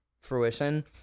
fruition